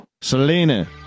Selena